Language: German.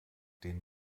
den